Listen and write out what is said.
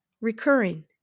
recurring